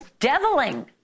Deviling